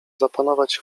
zapanować